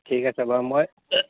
ঠিক আছে বাৰু মই